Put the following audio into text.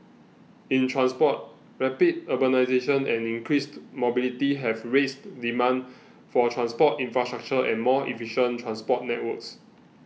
in transport rapid urbanisation and increased mobility have raised demand for transport infrastructure and more efficient transport networks